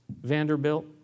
Vanderbilt